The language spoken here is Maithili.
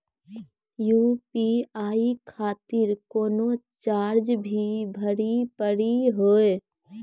यु.पी.आई खातिर कोनो चार्ज भी भरी पड़ी हो?